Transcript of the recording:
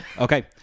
Okay